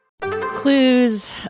Clues